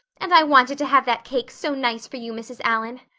and i wanted to have that cake so nice for you, mrs. allan.